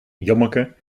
jommeke